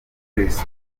press